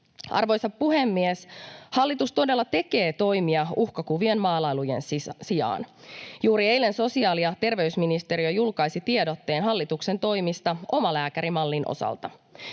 Arvoisa puhemies! Hallitus todella tekee toimia uhkakuvien maalailun sijaan. Juuri eilen sosiaali- ja terveysministeriö julkaisi tiedotteen hallituksen toimista omalääkärimallin osalta.